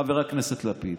חבר הכנסת לפיד?